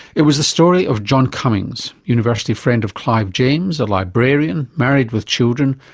it was the story of john cummings, university friend of clive james, a librarian, married with children,